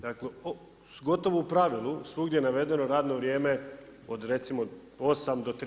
Dakle, gotovo u pravilu svugdje je navedeno radno vrijeme od recimo 8h-15h.